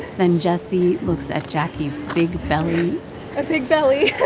then jessie looks at jacquie's big belly a big belly